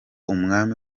umwami